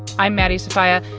i'm maddie sofia.